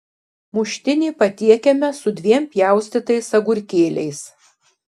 muštinį patiekiame su dviem pjaustytais agurkėliais